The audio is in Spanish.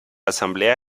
asamblea